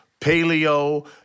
paleo